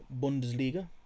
Bundesliga